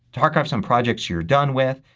to archive some projects you're done with.